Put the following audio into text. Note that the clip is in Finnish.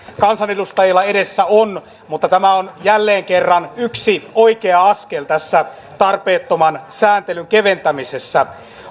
kansanedustajilla tänään edessä on mutta tämä on jälleen kerran yksi oikea askel tässä tarpeettoman sääntelyn keventämisessä